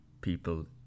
people